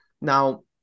Now